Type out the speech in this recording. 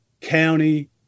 county